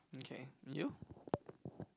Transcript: okay you